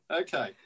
Okay